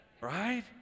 Right